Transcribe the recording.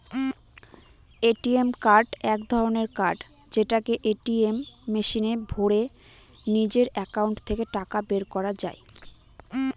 ATM card এক ধরনের card যেটাকে এটিএম মেশিনে ভোরে নিজের একাউন্ট থেকে টাকা বের করা যায়